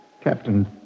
Captain